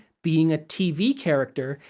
being a tv character,